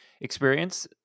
experience